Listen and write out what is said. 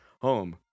home